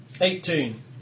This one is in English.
Eighteen